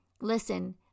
Listen